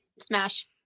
smash